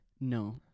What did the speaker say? No